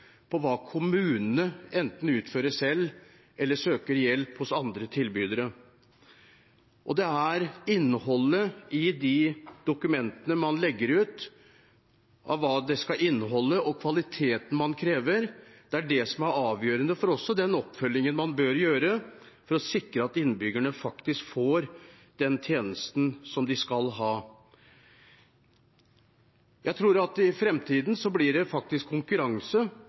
på hva kommunene enten utfører selv, eller søker hjelp til hos andre tilbydere. Det er innholdet i de dokumentene man legger ut, hva tjenestene skal inneholde, og kvaliteten man krever, som er avgjørende for den oppfølgingen man bør gjøre for å sikre at innbyggerne faktisk får den tjenesten de skal ha. Jeg tror at i framtiden blir det konkurranse